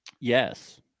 Yes